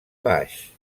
baix